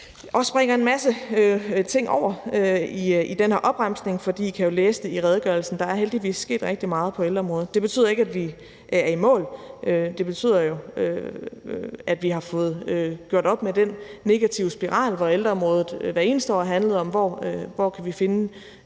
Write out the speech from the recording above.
og springer en masse ting over i den her opremsning, for I kan jo læse det i redegørelsen. Der er heldigvis sket rigtig meget på ældreområdet. Det betyder ikke, at vi er i mål. Det betyder, at vi har fået gjort op med den negative spiral, hvor det på ældreområdet hvert eneste år handlede om, hvor vi kan finde